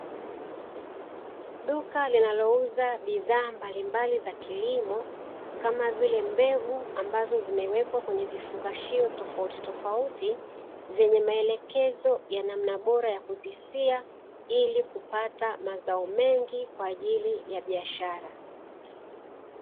Duka linalouza bidhaa mbalimbali za kilimo kama vile mbegu, ambazo zimewekwa kwenye vifungashio tofautitofauti, zenye maelekezo ya namna bora ya kuzisia ili kupata mazao mengi kwa ajili ya biashara.